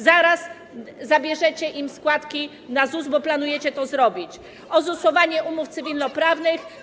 Zaraz zabierzecie im składki na ZUS, bo planujecie ozusowanie umów cywilnoprawnych.